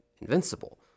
invincible